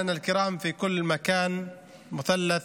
(אומר דברים בשפה הערבית,